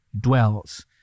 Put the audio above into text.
dwells